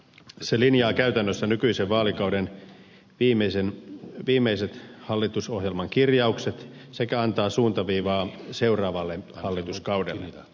se linjaa käytännössä nykyisen vaalikauden viimeiset hallitusohjelman kirjaukset sekä antaa suuntaviivaa seuraavalle hallituskaudelle